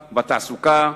בתעסוקה,